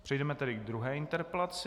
Přejdeme tedy k druhé interpelaci.